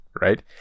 right